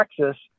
Texas